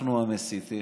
אנחנו המסיתים.